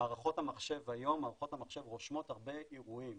במערכות המחשב היום מערכות המחשב רושמות הרבה אירועים,